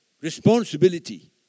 responsibility